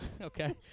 Okay